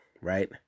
Right